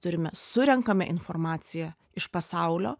turime surenkame informaciją iš pasaulio